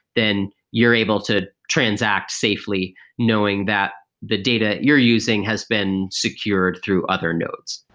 then you're able to transact safely knowing that the data you're using has been secured through other nodes.